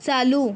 चालू